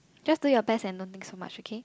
just do your best and don't think so much okay